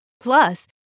Plus